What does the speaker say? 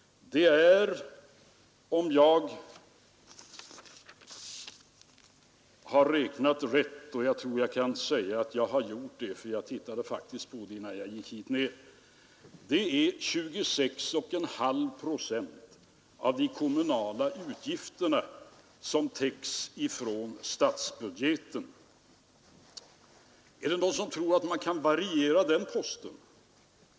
Det är om jag har räknat rätt — och jag tror att jag har gjort det, eftersom jag faktiskt gick igenom detta innan jag gick hit ned — 26,5 procent av de kommunala utgifterna som täcks via statsbudgeten. Är det någon som tror att man kan variera den posten?